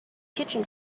kitchen